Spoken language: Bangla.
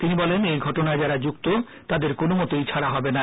তিনি বলেন এই ঘটনায় যারা যুক্ত তাদের কোনমভেই ছাডা হবে না